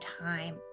time